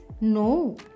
no